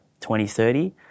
2030